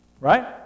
Right